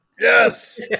yes